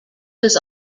was